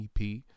EP